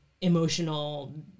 emotional